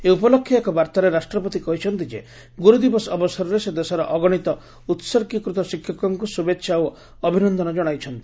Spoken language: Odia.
ଏହି ଉପଲକ୍ଷେ ଏକ ବାର୍ତାରେ ରାଷ୍ଟ୍ରପତି କହିଛନ୍ତି ଯେ ଗୁରୁ ଦିବସ ଅବସରରେ ସେ ଦେଶର ଅଗଣିତ ଉହର୍ଗୀକୃତ ଶିକ୍ଷକଙ୍କୁ ଶୁଭେଛା ଓ ଅଭିନନ୍ଦନ ଜଣାଇଛନ୍ତି